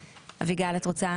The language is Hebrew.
אביגל, את רוצה?